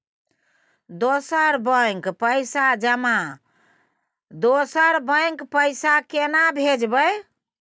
दोसर बैंक पैसा केना भेजबै?